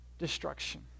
destruction